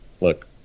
look